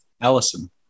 Allison